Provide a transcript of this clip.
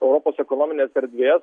europos ekonominės erdvės